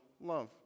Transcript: love